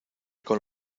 con